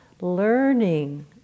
learning